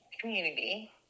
community